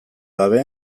gabe